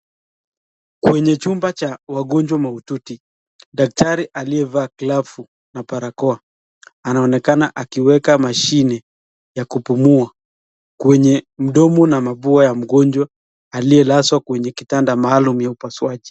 Kwenye chumba cha wagonjwa mahututi, daktari aliyevaa glavu na barakoa anaonekana akiweka mashine ya kupumua kwenye mdomo na mapua ya mgonjwa aliyelazwa kwenye kitanda maalum ya upasuaji.